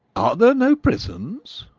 are there no prisons?